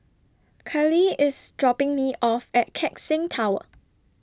Cali IS dropping Me off At Keck Seng Tower